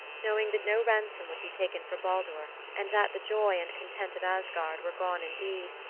knowing that no ransom would be taken for baldur and that the joy and content of asgard were gone indeed,